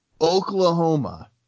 Oklahoma